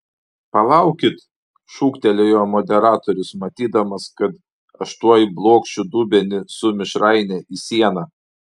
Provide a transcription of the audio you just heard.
palaukit šūktelėjo moderatorius matydamas kad aš tuoj blokšiu dubenį su mišraine į sieną